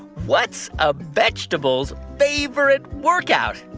what's a vegetable's favorite workout?